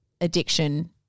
addiction